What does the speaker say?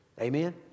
Amen